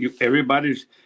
everybody's